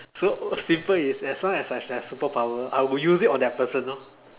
so simple is as long as I have superpower I will use it on the person lor